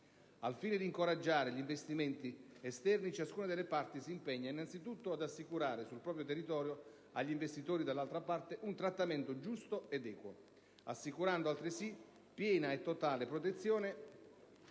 Al fine di incoraggiare gli investimenti esteri, ciascuna delle parti si impegna anzitutto ad assicurare sul proprio territorio agli investitori dell'altra parte un trattamento giusto ed equo, assicurando altresì piena e totale protezione